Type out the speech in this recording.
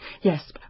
yes